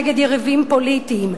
נגד יריבים פוליטיים,